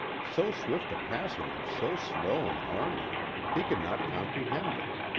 so swift a passing of so slow an army he could not comprehend it.